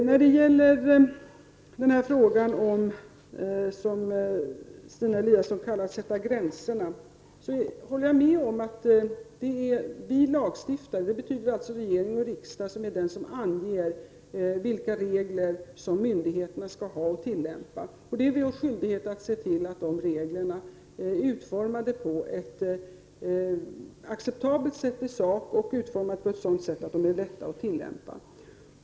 När det gäller det som Stina Eliasson sade om att sätta gränser håller jag med om att det är lagstiftaren, dvs. regering och riksdag, som anger vilka regler som myndigheterna skall tillämpa. Vi har skyldighet att se till att de reglerna är utformade på ett acceptabelt sätt och på ett sådant sätt att de är lätta att tillämpa.